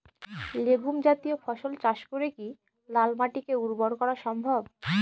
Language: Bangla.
লেগুম জাতীয় ফসল চাষ করে কি লাল মাটিকে উর্বর করা সম্ভব?